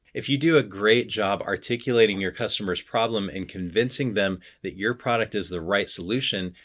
if you do a great job articulating your customer's problem and convince and them that your product is the right solution,